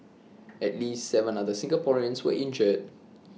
at least Seven other Singaporeans were injured